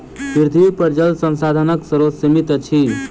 पृथ्वीपर जल संसाधनक स्रोत सीमित अछि